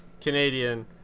Canadian